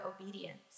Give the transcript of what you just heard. obedience